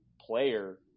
player